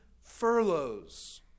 furloughs